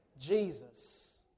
Jesus